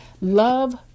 Love